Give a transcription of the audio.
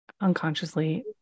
unconsciously